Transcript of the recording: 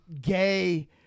gay